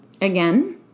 again